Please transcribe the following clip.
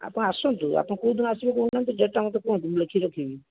ଆପଣ ଆସନ୍ତୁ ଆପଣ କେଉଁଦିନ ଆସିବେ କହୁନାହାନ୍ତି ଡେଟ୍ଟା ମୋତେ କୁହନ୍ତୁ ମୁଁ ଲେଖିକି ରଖିବି